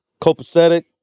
copacetic